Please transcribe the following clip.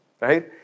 right